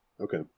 Okay